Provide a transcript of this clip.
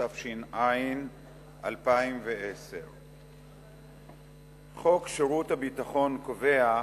התש"ע- 2010. חוק שירות ביטחון קובע,